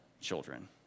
children